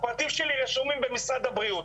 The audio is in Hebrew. הפרטים שלי רשומים במשרד הבריאות,